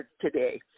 today